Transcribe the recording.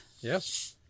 Yes